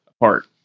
apart